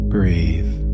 Breathe